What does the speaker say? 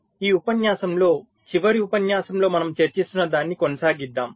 ఈ ఉపన్యాసంలో చివరి ఉపన్యాసంలో మనము చర్చిస్తున్న దానిని కొనసాగిద్దాం